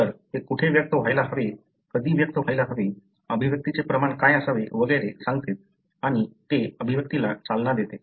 तर ते कुठे व्यक्त व्हायला हवे कधी व्यक्त व्हायला हवे अभिव्यक्तीचे प्रमाण काय असावे वगैरे सांगते आणि ते अभिव्यक्तीला चालना देते